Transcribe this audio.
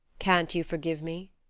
can't you forgive me?